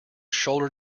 shoulder